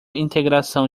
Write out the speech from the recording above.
integração